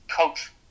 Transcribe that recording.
Coach